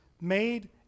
made